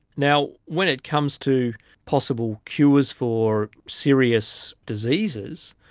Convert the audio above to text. now, when it comes to possible cures for serious diseases,